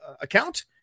account